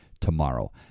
tomorrow